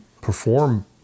perform